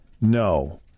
No